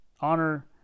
honor